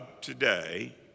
today